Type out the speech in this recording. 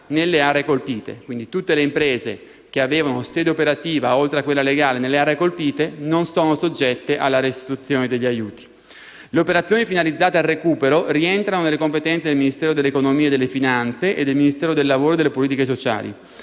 Le operazioni finalizzate al recupero rientrano nelle competenze del Ministero dell'economia e delle finanze e del Ministero del lavoro e delle politiche sociali.